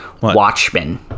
Watchmen